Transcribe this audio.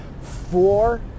Four